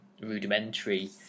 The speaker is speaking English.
rudimentary